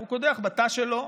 הוא קודח בתא שלו.